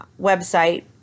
website